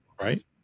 right